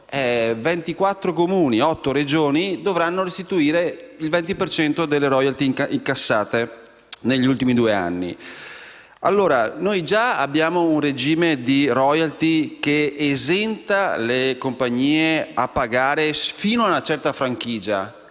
Comuni e otto Regioni dovranno restituire il 20 per cento delle *royalty* incassate negli ultimi due anni. Noi già abbiamo un regime di *royalty* che esenta le compagnie dal pagare fino a una certa franchigia